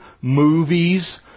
movies